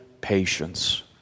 patience